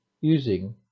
using